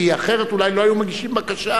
כי אחרת אולי לא היו מגישים בקשה.